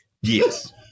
Yes